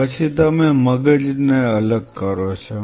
પછી તમે મગજને અલગ કરો છો